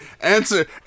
Answer